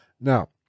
now